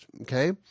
okay